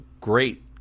great